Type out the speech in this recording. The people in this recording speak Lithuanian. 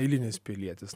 eilinis pilietis